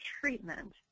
treatment